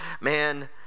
man